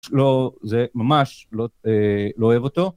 לא, זה ממש, לא אוהב אותו.